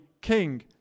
king